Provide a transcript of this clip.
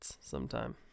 sometime